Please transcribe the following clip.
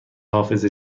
حافظه